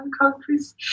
countries